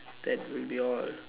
that will be all